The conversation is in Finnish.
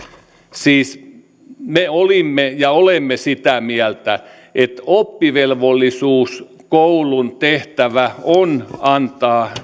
siis me olimme ja olemme sitä mieltä että oppivelvollisuuskoulun tehtävä on antaa